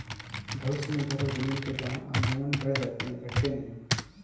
भविष्य में घर और जमीन के दाम अमूमन बढ़ जाते हैं घटते नहीं